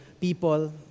people